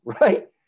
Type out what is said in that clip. right